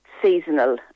seasonal